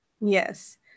Yes